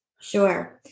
Sure